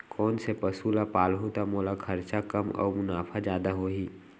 कोन से पसु ला पालहूँ त मोला खरचा कम अऊ मुनाफा जादा होही?